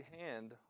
hand